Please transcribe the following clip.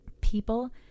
people